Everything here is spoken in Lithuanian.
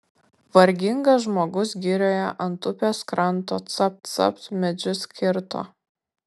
vargingas žmogus girioje ant upės kranto capt capt medžius kirto